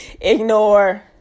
ignore